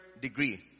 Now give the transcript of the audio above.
degree